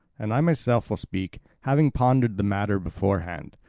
and i myself will speak, having pondered the matter beforehand.